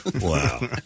Wow